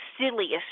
silliest